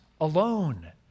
alone